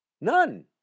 none